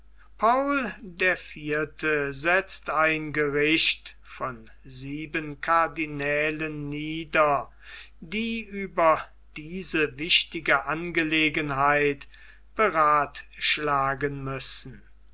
paul der vierte setzt ein gericht von sieben cardinälen nieder die über diese wichtige angelegenheit berathschlagen müssen